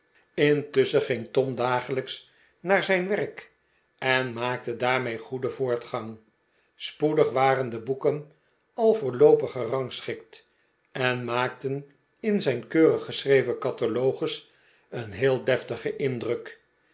intusschen ging tom dagelijks naar zijn werk en maakte daarmee goeden voortgang spoedig waren de boeken al voorloopig gerangschikt en maakten in zijn keurig geschreven catalogus een heel deftigen indruk